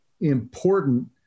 important